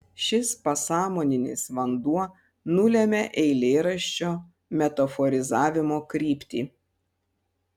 šis pasąmoninis vanduo nulemia eilėraščio metaforizavimo kryptį